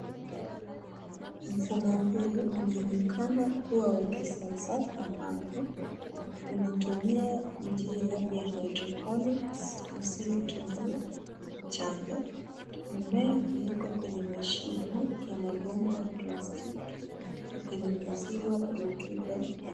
Mfumo huu unaonekana kuwa wa kisasa ambapo unatumia njia ya haidroponiki isiyo tumia mchanga. Mimea huwekwa kwenye mashimo ya mabomba ya plastiki yakinyunyiziwa rutuba.